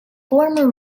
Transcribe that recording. former